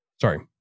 Sorry